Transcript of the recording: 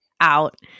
out